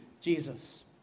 Jesus